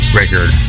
record